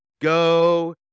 Go